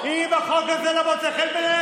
אם החוק הזה לא מוצא בעיניכם,